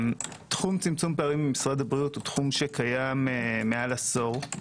תחום צמצום פערים במשרד הבריאות קיים מעל עשור,